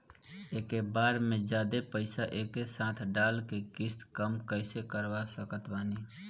एके बार मे जादे पईसा एके साथे डाल के किश्त कम कैसे करवा सकत बानी?